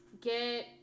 get